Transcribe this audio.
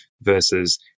versus